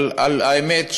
אבל האמת,